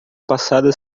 passada